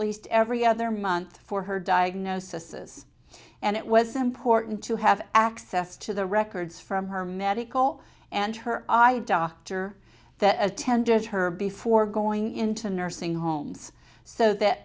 least every other month for her diagnosis and it was important to have access to the records from her medical and her eye doctor that attended her before going into nursing homes so that